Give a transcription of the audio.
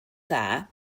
dda